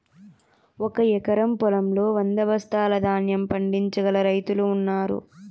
ఒక ఎకరం పొలంలో వంద బస్తాల ధాన్యం పండించగల రైతులు ఉన్నారు